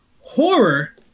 horror